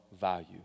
value